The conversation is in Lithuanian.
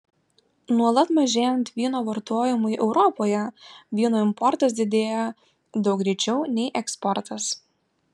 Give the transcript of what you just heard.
nuolat mažėjant vyno vartojimui europoje vyno importas didėja daug greičiau nei eksportas